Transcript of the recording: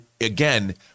again